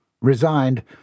Resigned